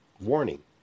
warning